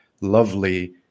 lovely